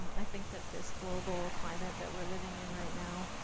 um i think that this global climate that we're living in right now,